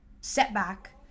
setback